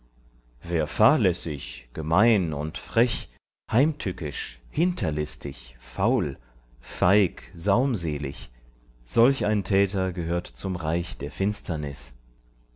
wer fahrlässig gemein und frech heimtückisch hinterlistig faul feig saumselig solch ein täter gehört zum reich der finsternis